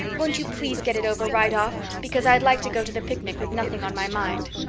won't you please get it over right off because i'd like to go to the picnic with nothing on my mind.